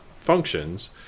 functions